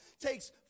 takes